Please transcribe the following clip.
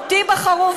אותי בחרו,